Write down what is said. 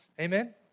Amen